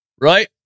right